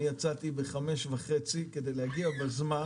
אני יצאתי בחמש וחצי כדי להגיע בזמן.